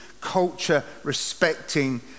culture-respecting